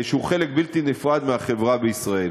שהוא חלק בלתי נפרד מהחברה בישראל.